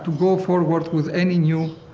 go forward with any new